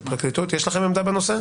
הפרקליטות, יש לכם עמדה בנושא?